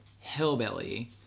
hillbilly